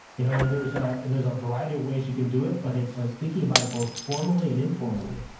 you know and there's ah there's a variety of ways you can do it but it's like thinking about it both formally and informally.